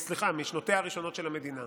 משנותיה הראשונות של המדינה,